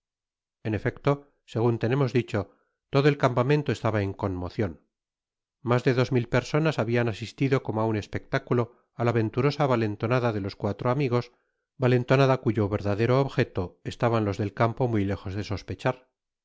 en triunfo fin efecto segun tenemos dicho todo el campamento estaba en conmocion mas de dos mil personas habian asistido como á un espectáculo á la venturosa valentonada de los cuatro amigos valentonada cuyo verdadero objeto estaban los del campo muy lejos de sospechar